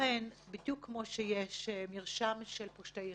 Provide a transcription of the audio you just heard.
אנחנו מדברים על מרשם של סרבני גט בדיוק כמו שיש מרשם של פושטי רגל.